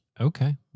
Okay